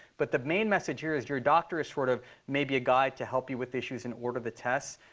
but the main message here is your doctor is sort of maybe a guide to help you with issues and order the tests.